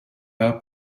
our